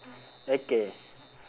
okay